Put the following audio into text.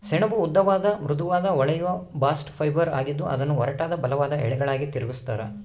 ಸೆಣಬು ಉದ್ದವಾದ ಮೃದುವಾದ ಹೊಳೆಯುವ ಬಾಸ್ಟ್ ಫೈಬರ್ ಆಗಿದ್ದು ಅದನ್ನು ಒರಟಾದ ಬಲವಾದ ಎಳೆಗಳಾಗಿ ತಿರುಗಿಸ್ತರ